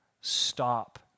stop